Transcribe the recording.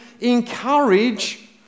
encourage